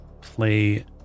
play